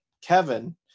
Kevin